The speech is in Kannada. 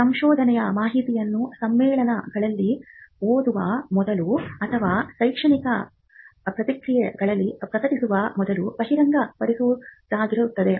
ಸಂಶೋಧನೆಯ ಮಾಹಿತಿಯನ್ನು ಸಮ್ಮೇಳನಗಳಲ್ಲಿ ಓದುವ ಮೂಲಕ ಅಥವಾ ಶೈಕ್ಷಣಿಕ ಪತ್ರಿಕೆಗಳಲ್ಲಿ ಪ್ರಕಟಿಸುವ ಮೂಲಕ ಬಹಿರಂಗಪಡಿಸುವುದಾಗಿರುತ್ತದೆ